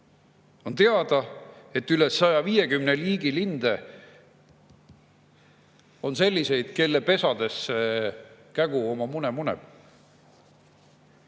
On teada, et üle 150 liigi linde on selliseid, kelle pesadesse kägu oma mune muneb.